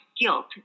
guilt